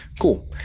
Cool